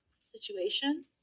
situation